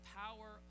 power